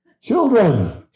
Children